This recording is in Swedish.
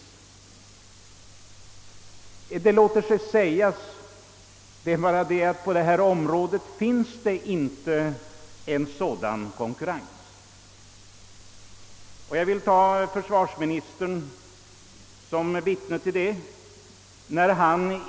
Ja, det låter sig sägas. Saken är bara den, att på detta område finns det inte någon sådan konkurrens. Jag vill ta försvarsministern som vittne till att det förhåller sig så.